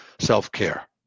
self-care